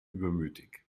übermütig